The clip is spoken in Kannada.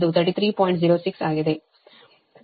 06 ಆಗಿದೆ